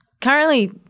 Currently